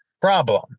problem